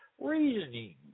reasoning